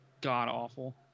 god-awful